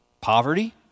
poverty